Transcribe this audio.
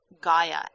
Gaia